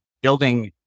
building